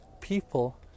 people